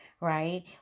right